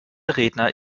redner